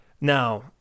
Now